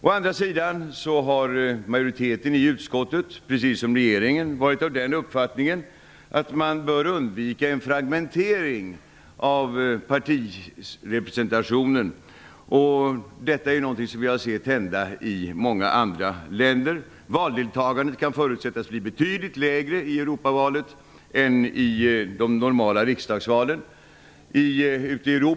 Å andra sidan har majoriteten i utskottet, precis som regeringen, varit av den uppfattningen att man bör undvika en fragmentering av partirepresentationen. Detta är någonting som vi har sett hända i många andra länder. Valdeltagandet kan förutsättas bli betydligt lägre i Europavalet än i de normala riksdagsvalen.